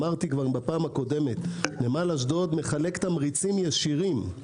אמרתי גם בפעם הקודמת - נמל אשדוד מחלק תמריצים ישירים,